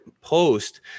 post